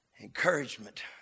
encouragement